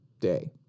day